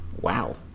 wow